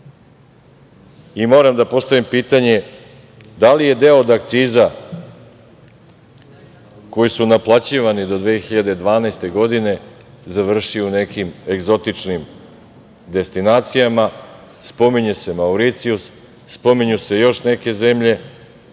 da postavim pitanje - da li je deo od akciza koji su naplaćivani do 2012. godine završio u nekim egzotičnim destinacijama? Spominje se Mauricijus, spominju se još neke zemlje.